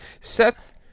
Seth